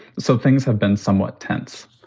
so things have been somewhat tense.